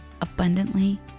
abundantly